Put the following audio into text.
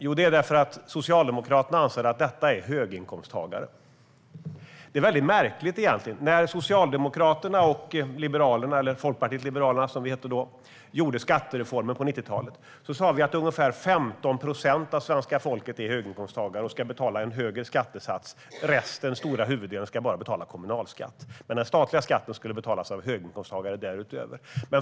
Jo, därför att Socialdemokraterna anser att de är höginkomsttagare. Det är egentligen mycket märkligt. När Socialdemokraterna och Liberalerna - Folkpartiet liberalerna, som vi hette då - genomförde skattereformen på 90-talet sa vi att ungefär 15 procent av svenska folket är höginkomsttagare och ska betala en högre skattesats. Resten, den stora huvuddelen, ska bara betala kommunalskatt. Den statliga skatten därutöver skulle betalas av höginkomsttagare.